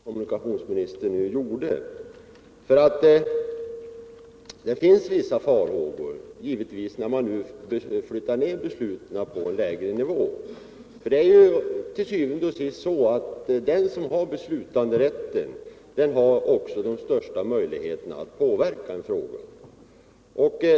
Herr talman! Jag är glad över den deklaration som kommunikationsministern nu gjorde. Det kan uppkomma vissa farhågor när man flyttar ned besluten till en lägre nivå. Til syvende og sidst är det ändå så att det är den som har beslutanderätten som har den största möjligheten att påverka en fråga.